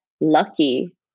lucky